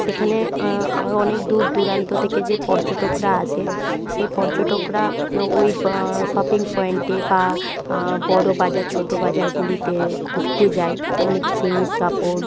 সেখানে অনেক দূর দূরান্ত থেকে যে পর্যটকরা আসে সেই পর্যটকরা ওওই শপিং পয়েন্টে বা বড়ো বাজার ছোটো বাজারগুলিতে ঘুরতে যায় অনেক জিনিস কাপড়